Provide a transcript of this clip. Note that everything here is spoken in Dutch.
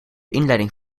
inleiding